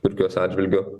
turkijos atžvilgiu